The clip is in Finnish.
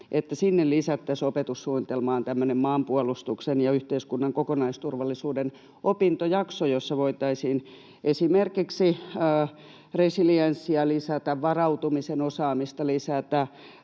lisättäisiin opetussuunnitelmaan tämmöinen maanpuolustuksen ja yhteiskunnan kokonaisturvallisuuden opintojakso, jossa voitaisiin esimerkiksi resilienssiä lisätä, varautumisen osaamista lisätä,